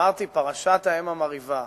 אמרתי שפרשת האם המרעיבה,